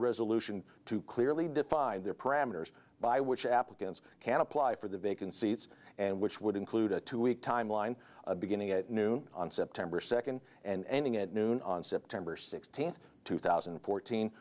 resolution to clearly define their parameters by which applicants can apply for the vacant seats and which would include a two week timeline beginning at noon on september second and ending at noon on september sixteenth two thousand and fourteen